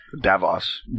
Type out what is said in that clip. Davos